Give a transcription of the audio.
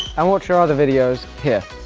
and watch our other videos here.